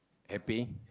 happy